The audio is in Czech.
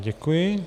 Děkuji.